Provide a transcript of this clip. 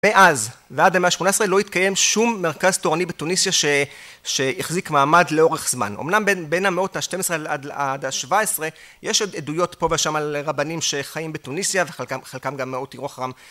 מאז ועד המאה השמונה עשרה לא התקיים שום מרכז תורני בתוניסיה שהחזיק מעמד לאורך זמן. אמנם בין המאות השתים עשרה עד השבע עשרה יש עוד עדויות פה ושם על רבנים שחיים בתוניסיה, וחלקם גם הותירו אחרם